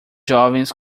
jovens